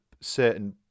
certain